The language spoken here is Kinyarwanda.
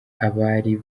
abari